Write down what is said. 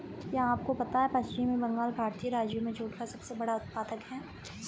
क्या आपको पता है पश्चिम बंगाल भारतीय राज्यों में जूट का सबसे बड़ा उत्पादक है?